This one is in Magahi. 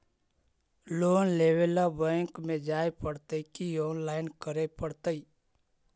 लोन लेवे ल बैंक में जाय पड़तै कि औनलाइन करे पड़तै?